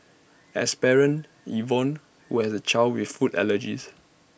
as parent Yvonne who has child with food allergies